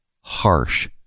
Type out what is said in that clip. harsh